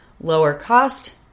lower-cost